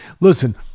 Listen